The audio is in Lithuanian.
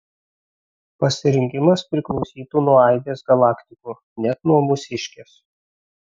pasirinkimas priklausytų nuo aibės galaktikų net nuo mūsiškės